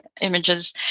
images